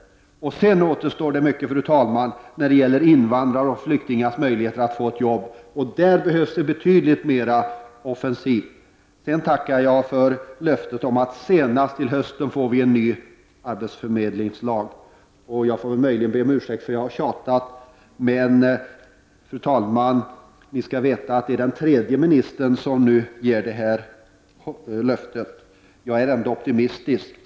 Fru talman! När det gäller invandrares och flyktingars möjlighet att få ett arbete återstår det mycket att göra. Där behövs det betydligt mer offensiva åtgärder. Sedan vill jag tacka för löftet att vi senast till hösten får en ny arbetsförmedlingslag. Jag får möjligen be om ursäkt för att jag har tjatat, men vi skall veta att det nu är den tredje ministern som ger det här löftet. Jag är ändå optimistisk.